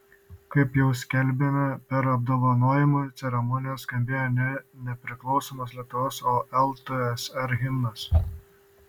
kaip jau skelbėme per apdovanojimų ceremoniją skambėjo ne nepriklausomos lietuvos o ltsr himnas